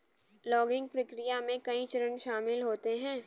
logging प्रक्रिया में कई चरण शामिल होते है